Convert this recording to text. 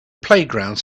playgrounds